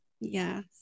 yes